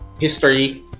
history